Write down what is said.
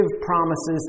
promises